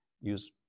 use